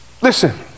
Listen